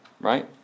right